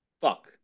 fuck